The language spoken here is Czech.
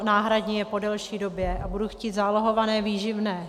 náhradní je po delší době a budu chtít zálohované výživné.